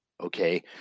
Okay